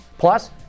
Plus